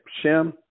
Shem